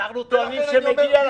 אנחנו טוענים שמגיע לכם.